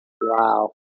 Wow